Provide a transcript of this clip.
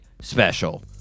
special